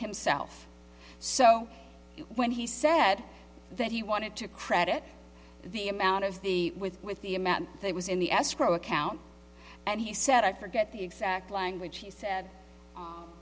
himself so when he said that he wanted to credit the amount of the with with the amount that was in the escrow account and he said i forget the exact language he said